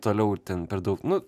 toliau ten per daug nu